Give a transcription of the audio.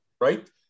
right